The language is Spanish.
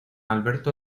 alberto